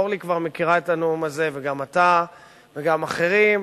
אורלי כבר מכירה את הנאום הזה וגם אתה וגם אחרים,